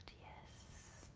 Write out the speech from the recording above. yes.